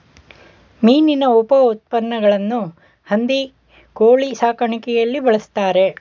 ಮೀನಿನ ಉಪಉತ್ಪನ್ನಗಳನ್ನು ಹಂದಿ ಕೋಳಿ ಸಾಕಾಣಿಕೆಯಲ್ಲಿ ಬಳ್ಸತ್ತರೆ